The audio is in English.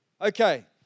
Okay